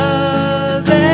Love